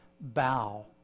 bow